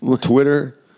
Twitter